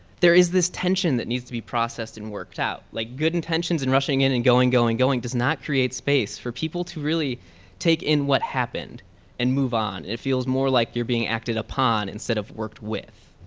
there is this tension that needs to be processed and worked out. like good intentions and rushing in and going, going, going does not create space for people to really take in what happened and move on. it feels more like you're being acted upon instead of worked with.